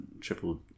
triple